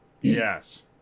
yes